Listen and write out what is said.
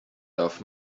darf